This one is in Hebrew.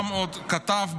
לא נמצא פה.